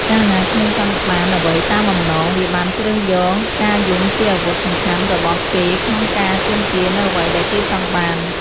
កាលណាក្មេងចង់បានអ្វីតាមបំណង វាបានជ្រើសយកការយំជាអាវុធសំខាន់របស់ គេក្នុងការទាមទារនូវអ្វីដែលគេចង់បាន។